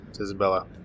Isabella